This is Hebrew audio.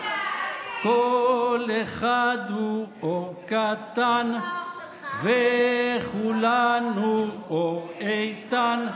"כל אחד הוא אור קטן, / וכולנו אור איתן.